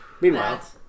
meanwhile